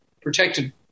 protected